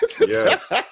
Yes